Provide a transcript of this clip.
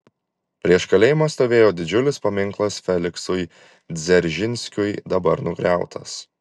prieš kalėjimą stovėjo didžiulis paminklas feliksui dzeržinskiui dabar nugriautas